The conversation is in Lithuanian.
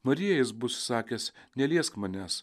marijai jis bus sakęs neliesk manęs